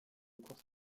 course